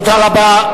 תודה רבה.